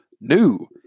new